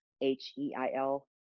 H-e-i-l